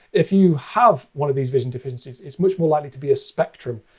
if you have one of these vision differences, it's much more likely to be a spectrum,